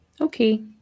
Okay